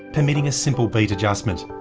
permitting a simple beat adjustment.